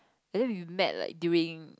and then you made like dream